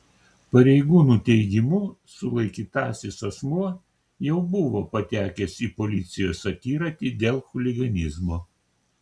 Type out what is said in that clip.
pareigūnų teigimu sulaikytasis asmuo jau buvo patekęs į policijos akiratį dėl chuliganizmo